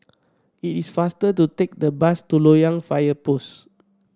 it is faster to take the bus to Loyang Fire Post